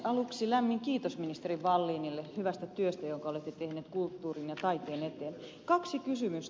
aluksi lämmin kiitos ministeri wallinille hyvästä työstä jonka olette tehnyt kulttuurin ja taiteen eteen